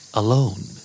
alone